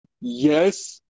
Yes